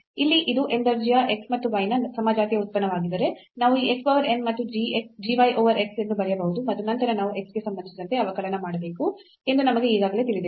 ಇಲ್ಲಿ ಇದು n ದರ್ಜೆಯ x ಮತ್ತು y ನ ಸಮಜಾತೀಯ ಉತ್ಪನ್ನವಾಗಿದ್ದರೆ ನಾವು ಈ x power n ಮತ್ತು g y over x ಎಂದು ಬರೆಯಬಹುದು ಮತ್ತು ನಂತರ ನಾವು x ಗೆ ಸಂಬಂಧಿಸಿದಂತೆ ಅವಕಲನ ಮಾಡಬೇಕು ಎಂದು ನಮಗೆ ಈಗಾಗಲೇ ತಿಳಿದಿದೆ